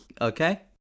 Okay